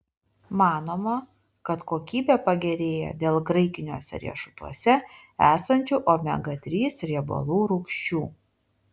manoma kad kokybė pagerėja dėl graikiniuose riešutuose esančių omega trys riebalų rūgščių